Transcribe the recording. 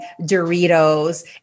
Doritos